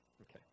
Okay